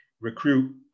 recruit